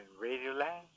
Radioland